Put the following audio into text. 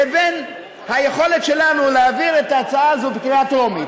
לבין היכולת שלנו להעביר את ההצעה הזאת בקריאה טרומית?